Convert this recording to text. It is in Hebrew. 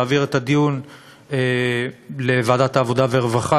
להעביר את הדיון לוועדת העבודה והרווחה,